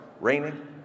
raining